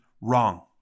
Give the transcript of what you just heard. wrong